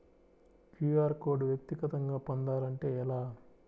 QR code వ్యక్తిగతంగా పొందాలంటే ఎలా?